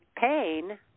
pain